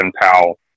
Powell